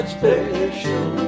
Special